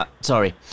sorry